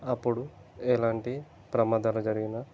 అప్పుడు ఎలాంటి ప్రమాదాలు జరిగినా